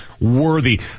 worthy